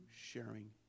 sharing